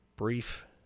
brief